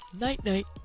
Night-night